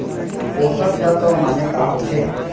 पोसक तत्व माने का होथे?